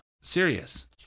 serious